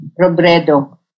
Robredo